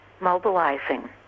mobilizing